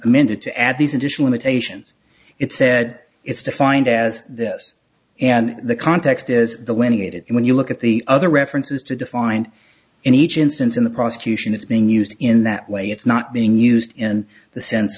amended to add these additional imitations it's said it's defined as this and the context is the limited when you look at the other references to define in each instance in the prosecution it's being used in that way it's not being used in the sense